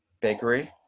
bakery